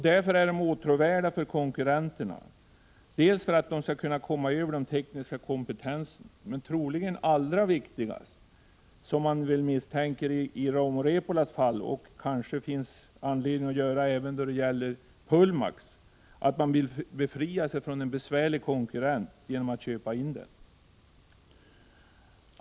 Därför är de åtråvärda för konkurrenterna, bl.a. för att dessa skall kunna komma över den tekniska kompetensen. Men det allra viktigaste skälet är troligen — vilket man misstänker i Rauma Repolas fall och vilket det kanske även finns anledning att misstänka då det gäller Pullmax — att man vill befria sig från en besvärlig konkurrent genom att köpa in den.